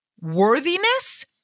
worthiness